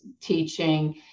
teaching